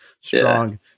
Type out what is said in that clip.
strong